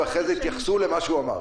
ואחרי זה תתייחסו למה שהוא אמר.